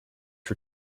for